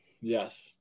Yes